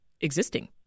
existing